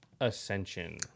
Ascension